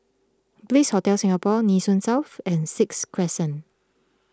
Bliss Hotel Singapore Nee Soon South and Sixth Crescent